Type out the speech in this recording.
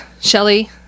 Shelly